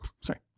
Sorry